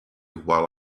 while